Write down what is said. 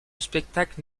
spectacle